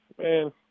man